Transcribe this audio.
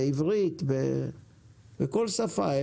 בעברית, בכל שפה.